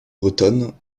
bretonne